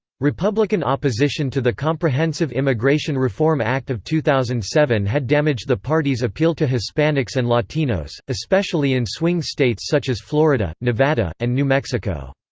republican opposition to the comprehensive immigration reform act of two thousand and seven had damaged the party's appeal to hispanics and latinos, especially in swing states such as florida, nevada, and new mexico.